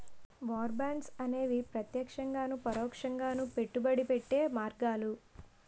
war bonds అనేవి ప్రత్యక్షంగాను పరోక్షంగాను పెట్టుబడి పెట్టే మార్గాలు